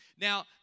Now